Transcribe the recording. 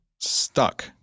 Stuck